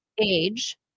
age